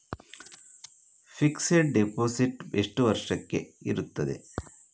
Fixed deposit ಎಷ್ಟು ವರ್ಷಕ್ಕೆ ಇರುತ್ತದೆ?